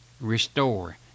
restore